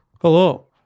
Hello